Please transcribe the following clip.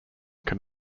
can